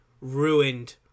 ruined